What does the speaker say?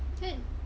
can